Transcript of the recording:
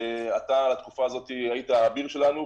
ואתה בתקופה הזאת היית האביר שלנו,